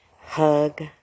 hug